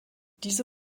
diese